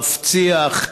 מבטיח,